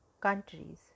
countries